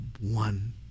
one